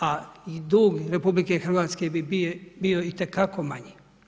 A i dug RH bi bio itekako manji.